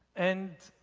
and